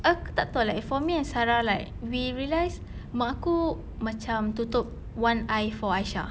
aku tak tahu like for me and sarah like we realize mak aku macam tutup one eye for aisha